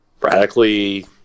radically